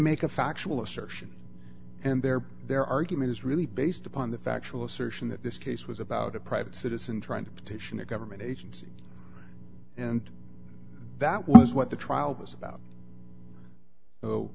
make a factual assertion and thereby their argument is really based upon the factual assertion that this case was about a private citizen trying to petition a government agency and that was what the trial was about oh